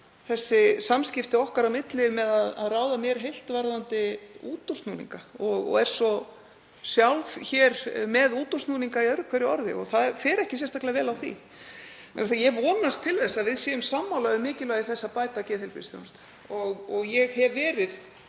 þessi samskipti okkar á milli með því að ráða mér heilt varðandi útúrsnúninga og er svo sjálf með útúrsnúninga í öðru hverju orði og það fer ekki sérstaklega vel á því. Ég vonast til þess að við séum sammála um mikilvægi þess að bæta geðheilbrigðisþjónustu og ég hef verið